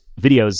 videos